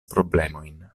problemojn